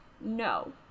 no